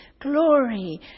glory